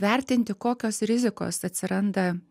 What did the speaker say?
vertinti kokios rizikos atsiranda